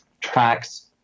tracks